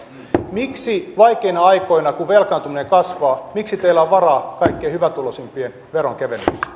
miksi vaikeina aikoina kun velkaantuminen kasvaa teillä on varaa kaikkein hyvätuloisimpien veronkevennyksiin